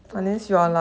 don't know lah